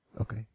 okay